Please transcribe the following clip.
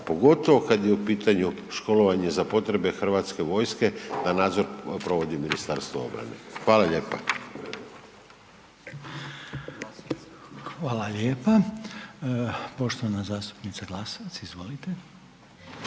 pogotovo kad je u pitanju školovanje za potrebe hrvatske vojske, da nadzor providi MORH. Hvala lijepa. **Reiner, Željko (HDZ)** Hvala lijepa. Poštovana zastupnica Glasovac, izvolite.